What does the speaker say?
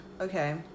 Okay